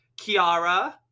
kiara